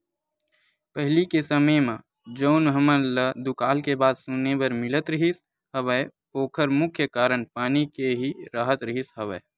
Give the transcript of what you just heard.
पहिली के समे म जउन हमन ल दुकाल के बात सुने बर मिलत रिहिस हवय ओखर मुख्य कारन पानी के ही राहत रिहिस हवय